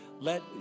let